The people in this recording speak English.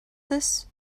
this